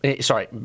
sorry